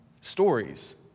stories